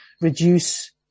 reduce